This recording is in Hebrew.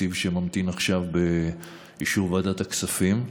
תקציב שממתין עכשיו לאישור ועדת הכספים.